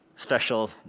special